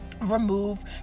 remove